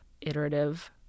iterative